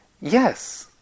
Yes